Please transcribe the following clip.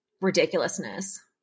ridiculousness